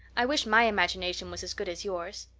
i wish my imagination was as good as yours.